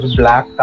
black